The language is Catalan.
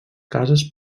cases